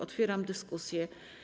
Otwieram dyskusję.